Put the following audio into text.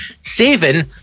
saving